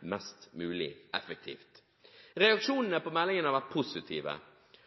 mest mulig effektivt. Reaksjonene på meldingen har vært positive.